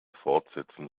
fortsetzen